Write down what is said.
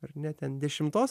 ar ne ten dešimtos